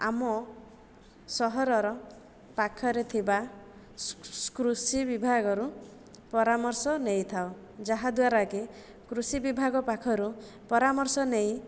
ଆମ ସହରର ପାଖରେ ଥିବା କୃଷି ବିଭାଗରୁ ପରାମର୍ଶ ନେଇଥାଉ ଯାହାଦ୍ୱାରାକି କୃଷି ବିଭାଗ ପାଖରୁ ପରାମର୍ଶ ନେଇ